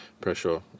pressure